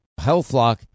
HealthLock